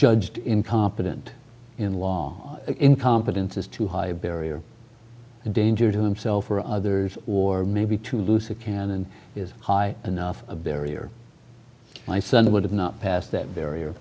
judged incompetent in law incompetent is too high barrier a danger to himself or others or maybe too loose a cannon is high enough a barrier my son would have not passed that barrier